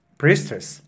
priestess